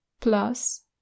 plus